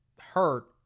hurt